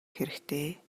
хэрэгтэй